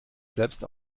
selbst